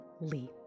leap